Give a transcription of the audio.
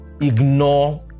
ignore